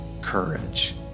courage